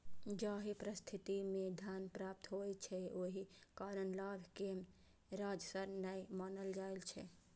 जाहि परिस्थिति मे धन प्राप्त होइ छै, ओहि कारण लाभ कें राजस्व नै मानल जाइ छै